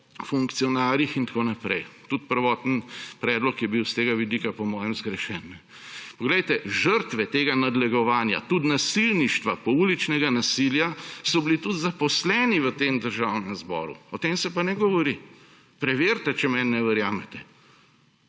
funkcionarjih in tako naprej, tudi prvoten predlog je bil s tega vidika po mojem zgrešen. Poglejte, žrtve tega nadlegovanja, tudi nasilništva, pouličnega nasilja so bili tudi zaposleni v Državnem zboru. O tem se pa ne govori. Preverite, če meni ne verjamete!